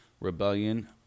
Rebellion